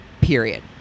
period